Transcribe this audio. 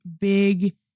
big